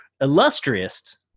illustrious